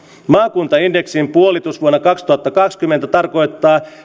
maakuntaindeksin puolitus vuonna kaksituhattakaksikymmentä tarkoittaa